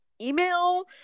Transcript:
email